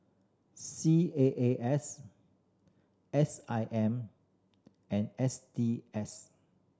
C A A S S I M and S T S